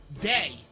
Day